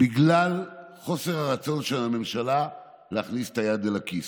בגלל חוסר הרצון של הממשלה להכניס את היד לכיס.